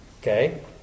Okay